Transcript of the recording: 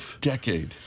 decade